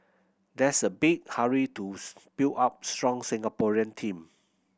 there's a big hurry to build up strong Singaporean team